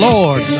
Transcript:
Lord